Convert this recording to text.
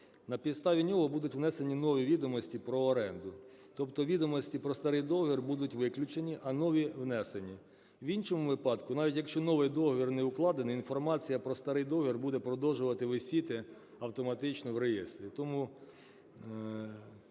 На підставі нього будуть внесені нові відомості про оренду, тобто відомості про старий договір будуть виключені, а нові внесені. В іншому випадку, навіть якщо новий договір не укладений, інформація про старий договір буде продовжувати висіти автоматично в реєстрі.